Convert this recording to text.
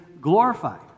glorified